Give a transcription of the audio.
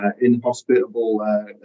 inhospitable